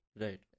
Right